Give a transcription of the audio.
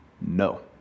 No